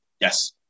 Yes